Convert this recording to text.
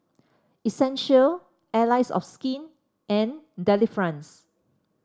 Essential Allies of Skin and Delifrance